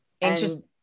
interesting